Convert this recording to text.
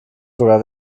sogar